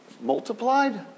multiplied